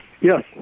Yes